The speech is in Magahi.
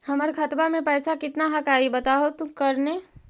हमर खतवा में पैसा कितना हकाई बताहो करने?